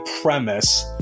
premise